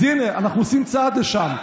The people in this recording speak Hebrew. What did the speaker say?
אז הינה, אנחנו עושים צעד לשם.